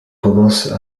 commencent